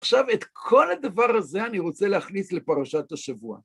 עכשיו את כל הדבר הזה, אני רוצה להכניס לפרשת השבוע.